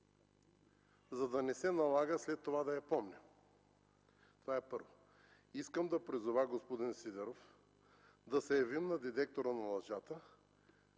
за да не се налага след това да я помни. Това – първо. Искам да призова господин Сидеров да се явим на детектора на лъжата